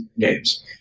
games